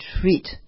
treat